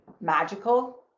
magical